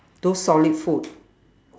those solid food